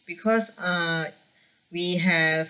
because uh we have